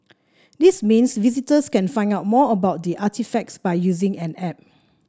this means visitors can find out more about the artefacts by using an app